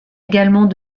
également